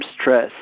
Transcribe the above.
stress